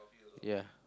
ya